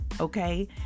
Okay